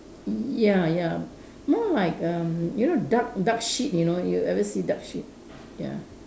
ya ya more like erm you know duck duck shit you know you ever see duck shit ya